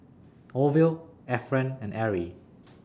Orville Efren and Arrie